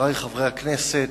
חברי חברי הכנסת,